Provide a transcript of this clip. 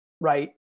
right